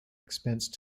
expense